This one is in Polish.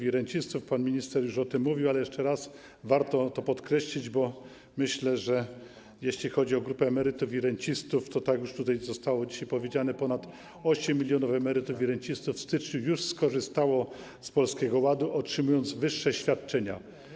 i rencistów, pan minister już o tym mówił, ale jeszcze raz warto to podkreślić, myślę, że jeśli chodzi o grupę emerytów i rencistów, to tak jak już tutaj dzisiaj zostało powiedziane, ponad 8 mln emerytów i rencistów w styczniu skorzystało już z Polskiego Ładu, otrzymując wyższe świadczenia.